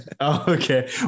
Okay